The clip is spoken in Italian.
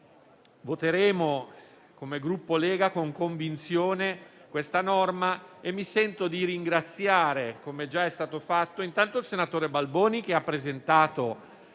salute. Come Gruppo Lega voteremo con convinzione questa norma. Mi sento di ringraziare, come già è stato fatto, *in primis* il senatore Balboni, che ha presentato